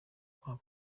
kwa